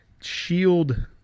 shield